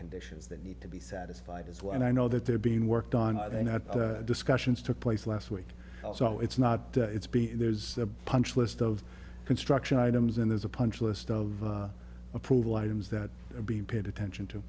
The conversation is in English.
conditions that need to be satisfied as well and i know that they're being worked on and that discussions took place last week so it's not it's been there's a punch list of construction items and there's a punch list of approval items that are being paid attention to